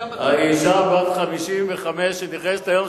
על אשה בת 55 שנכנסת היום,